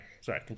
Sorry